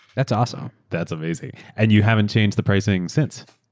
that's awesome. that's amazing. and you haven't changed the pricing since?